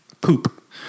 Poop